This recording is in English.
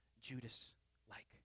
Judas-like